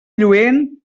lluent